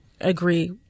agree